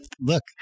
Look